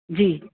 जी